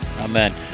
Amen